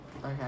Okay